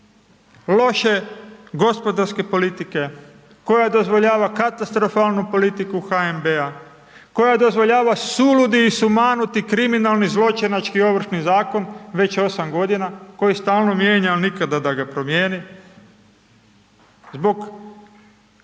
loše gospodarske politike, koja dozvoljava katastrofalnu politiku HNB-a, koja dozvoljava suludi i sumanuti kriminalni zločinački ovršni zakon već 8 g. koji je stalno mijenjan, ali nikada da ga promijeni, zbog krivo